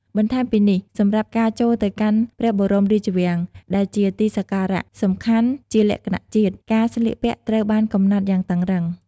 បន្ថែមពីនេះ សម្រាប់ការចូលទៅកាន់ព្រះបរមរាជវាំងដែលជាទីសក្ការៈសំខាន់ជាលក្ខណៈជាតិ ការស្លៀកពាក់ត្រូវបានកំណត់យ៉ាងតឹងរឹង។